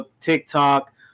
TikTok